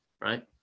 right